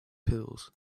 pills